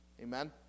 Amen